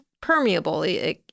permeable